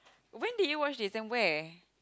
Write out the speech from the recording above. when did you watch this and where